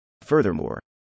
Furthermore